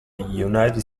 united